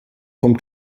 vom